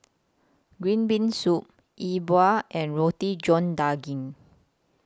Green Bean Soup E Bua and Roti John Daging